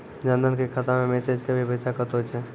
जन धन के खाता मैं मैसेज के भी पैसा कतो छ?